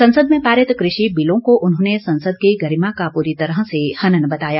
संसद में पारित कृषि बिलों को उन्होंने संसद की गरिमा का पूरी तरह से हनन बताया